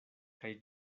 kaj